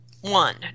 one